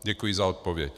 Děkuji za odpověď.